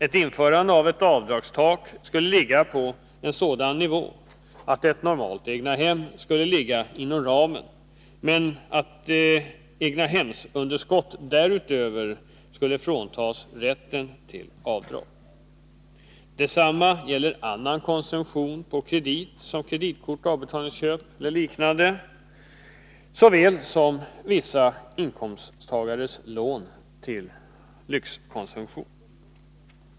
Ett införande av ett avdragstak skulle ligga på en sådan nivå att ett normalt egnahem skulle ligga inom ramen men att egnahemsunderskott därutöver skulle fråntas rätt till avdrag. Detsamma gäller annan konsumtion på kredit såsom kreditkort, avbetalningsköp av olika slag såväl som vissa inkomsttagares lån till lyxkonsumtion.